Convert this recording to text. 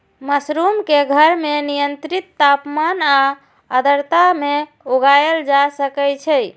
mushroom कें घर मे नियंत्रित तापमान आ आर्द्रता मे उगाएल जा सकै छै